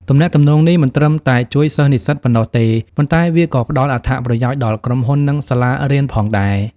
ទំនាក់ទំនងនេះមិនត្រឹមតែជួយសិស្សនិស្សិតប៉ុណ្ណោះទេ ប៉ុន្តែវាក៏ផ្តល់អត្ថប្រយោជន៍ដល់ក្រុមហ៊ុន និងសាលារៀនផងដែរ។